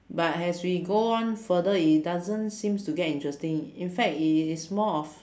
but as we go on further it doesn't seems to get interesting in fact it is more of